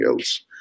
else